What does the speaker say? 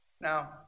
Now